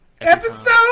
Episode